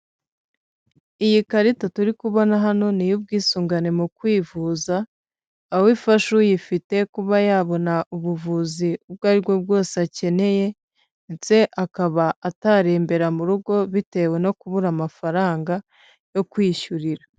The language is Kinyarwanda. Iyi karita turi kubona hano ni iy'ubwisungane mu kwivuza, aho ifasha uyifite kuba yabona ubuvuzi ubwo aribwo bwose akeneye ndetse akaba atarembera mu rugo bitewe no kubura amafaranga yo kwiyishyurira.